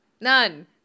None